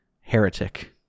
Heretic